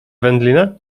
wędlinę